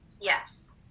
yes